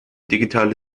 digitale